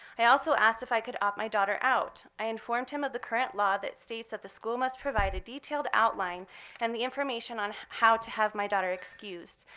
i also asked if i could opt my daughter out. i informed him of the current law that states that the school must provide a detailed outline and the information on how to have my daughter excused.